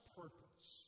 purpose